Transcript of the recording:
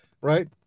right